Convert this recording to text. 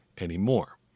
anymore